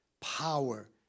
power